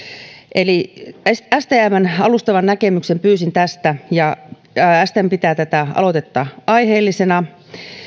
eli stmn alustavan näkemyksen pyysin tästä ja stm pitää tätä aloitetta aiheellisena